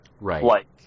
Right